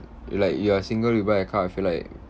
you like you are single you buy a car I feel like